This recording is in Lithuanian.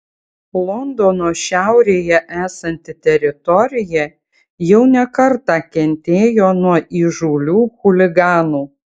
londono šiaurėje esanti teritorija jau ne kartą kentėjo nuo įžūlių chuliganų